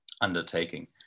undertaking